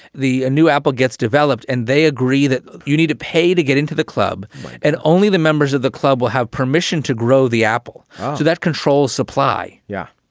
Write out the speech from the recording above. the ah new apple gets developed and they agree that you need to pay to get into the club and only the members of the club will have permission to grow the apple. so that control supply. yeah,